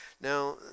now